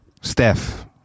Steph